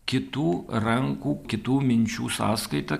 kitų rankų kitų minčių sąskaita